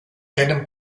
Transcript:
tenen